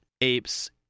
apes